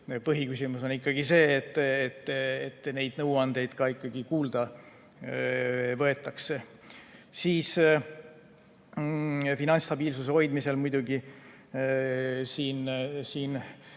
põhiküsimus ikkagi see, et neid nõuandeid ka kuulda võetakse. Finantsstabiilsuse hoidmisel muidugi oli